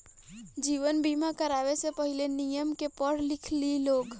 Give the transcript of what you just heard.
जीवन बीमा करावे से पहिले, नियम के पढ़ लिख लिह लोग